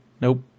Nope